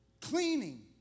cleaning